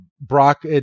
Brock